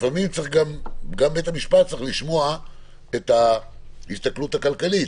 שלפעמים גם בית המשפט צריך לשמוע את ההסתכלות הכלכלית.